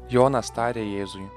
jonas tarė jėzui